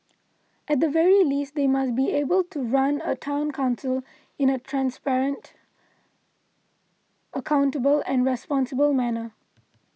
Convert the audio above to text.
at the very least they must be able to run a Town Council in a transparent accountable and responsible manner